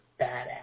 Badass